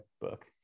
book